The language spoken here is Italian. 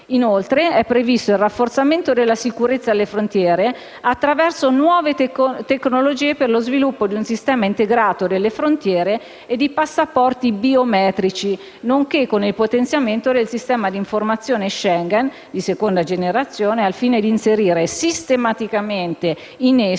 inoltre, previsto il rafforzamento della sicurezza alle frontiere attraverso nuove tecnologie per lo sviluppo di un sistema integrato delle frontiere e di passaporti biometrici, nonché con il potenziamento del sistema di informazione Schengen di seconda generazione al fine di inserire sistematicamente in esso